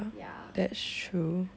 ya